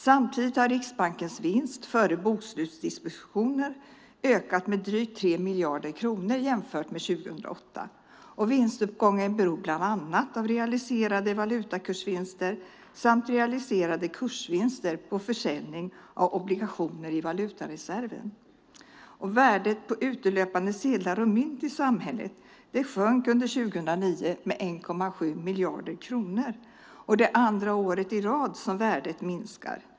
Samtidigt har Riksbankens vinst, före bokslutsdispositioner, ökat med drygt 3 miljarder kronor jämfört med 2008. Vinstuppgången beror bland annat av realiserade valutakursvinster samt realiserade kursvinster på försäljning av obligationer i valutareserven. Värdet på utelöpande sedlar och mynt i samhället sjönk under 2009 med 1,7 miljarder kronor. Det är andra året i rad som värdet minskar.